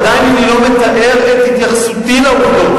עדיין אני לא מתאר את התייחסותי לעובדות.